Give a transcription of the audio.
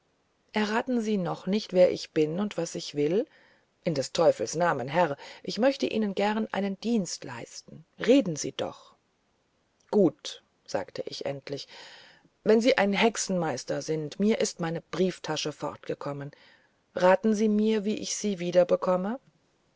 erraten sie noch nicht wer ich bin und was ich will in des teufels namen herr ich möchte ihnen gern einen dienst leisten reden sie doch gut sagte ich endlich wenn sie ein hexenmeister sind mir ist meine brieftasche fortgekommen raten sie mir wie ich sie wieder bekomme